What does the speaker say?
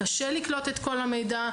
קשה לקלוט את כל המידע.